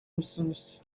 musunuz